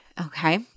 Okay